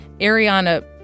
Ariana